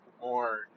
more